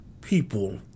people